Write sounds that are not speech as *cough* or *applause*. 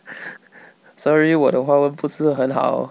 *breath* sorry 我的华文不是很好